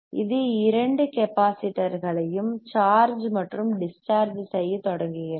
இது இரண்டு கெப்பாசிட்டர்களையும் சார்ஜ் மற்றும் டிஸ்சார்ஜ் செய்யத் தொடங்குகிறது